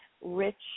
rich